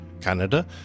Canada